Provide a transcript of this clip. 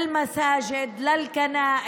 (אומרת בערבית: למסגדים, לכנסיות,